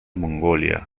mongolia